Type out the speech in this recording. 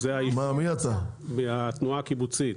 אני מהתנועה הקיבוצית.